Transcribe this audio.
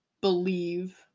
believe